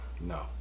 No